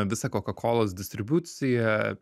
visa kokakolos distribucija